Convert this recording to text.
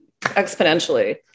exponentially